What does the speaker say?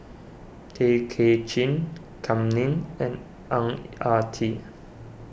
Tay Kay Chin Kam Ning and Ang Ah Tee